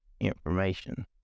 information